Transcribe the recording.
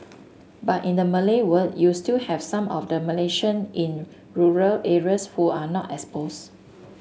but in the Malay world you still have some of the Malaysian in rural areas who are not exposed